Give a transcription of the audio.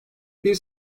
bir